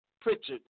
Pritchard